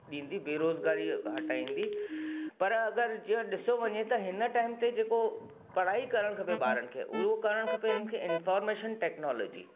ॾींदी बेरोज़गारी हटाईंदी पर अगरि जीअं ॾिसो वञे त हिन टाइम ते जेको पढ़ाई करणु खपे ॿारनि खे उओ करणु खपे हिन खे इंफॉर्मेशन टेक्नोलॉजी